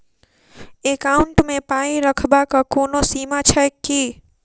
Account मे पाई रखबाक कोनो सीमा छैक की?